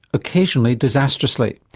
occasionally disastrously.